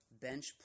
bench